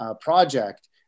project